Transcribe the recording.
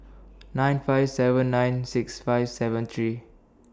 nine five seven nine six five seven three